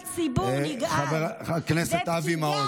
חבר הכנסת אבי מעוז.